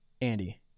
Andy